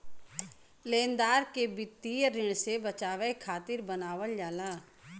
लेनदार के वित्तीय ऋण से बचावे खातिर बनावल जाला